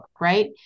right